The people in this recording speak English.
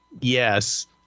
yes